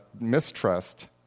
Mistrust